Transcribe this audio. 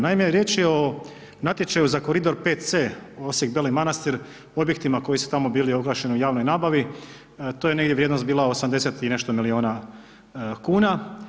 Naime, riječ je o natječaju za Koridor 5C, Osijek-Beli Manastir o objektima koji su tamo bili oglašeni u javnoj nabavi, to je negdje vrijednost bila 80 i nešto milijuna kuna.